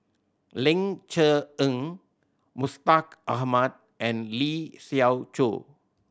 Ling Cher Eng Mustaq Ahmad and Lee Siew Choh